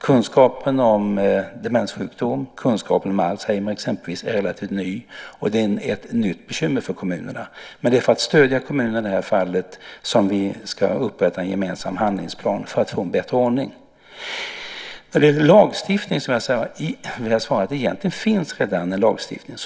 Kunskapen om demenssjukdom och kunskapen om exempelvis Alzheimer är relativt ny. Det här är ett nytt bekymmer för kommunerna. Men det är för att stödja kommunerna i det här fallet som vi ska upprätta en gemensam handlingsplan. Så ska vi få en bättre ordning. När det gäller lagstiftningen vill jag svara att det egentligen redan finns en sådan.